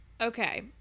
okay